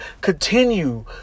continue